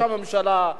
יחד עם שותפיו,